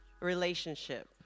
relationship